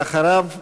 ואחריו,